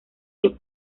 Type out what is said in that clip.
que